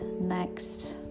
next